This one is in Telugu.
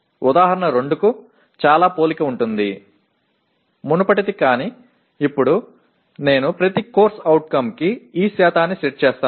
ఉదాహరణ 2 కు చాలా పోలిక ఉంటుంది మునుపటిది కాని ఇప్పుడు నేను ప్రతి CO కి ఈ శాతాన్ని సెట్ చేసాను